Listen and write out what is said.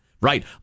Right